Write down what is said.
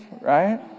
right